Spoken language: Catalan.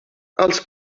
els